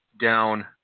down